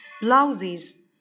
Blouses